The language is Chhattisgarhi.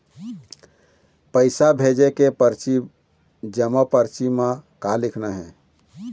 पैसा भेजे के परची जमा परची म का लिखना हे?